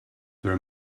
there